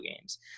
games